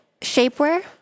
shapewear